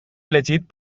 elegit